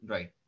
Right